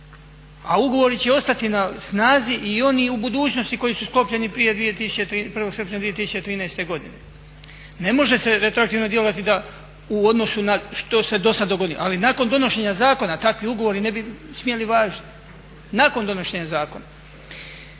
a ugovori će ostati na snazi i oni u budućnosti koji su sklopljeni prije 1.srpnja 2013.godine. Ne može se retroaktivno djelovati da u odnosu na što se dosad donijeli, ali nakon donošenja takvi ugovori ne bi smjeli važiti, nakon donošenja zakona.